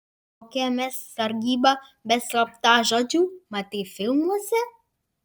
kokia mes sargyba be slaptažodžių matei filmuose